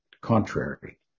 contrary